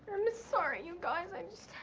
i'm sorry you guys, i'm